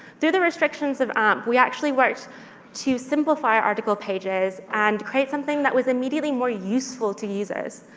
through the restrictions of amp, we actually worked to simplify article pages and create something that was immediately more useful to users.